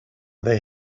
they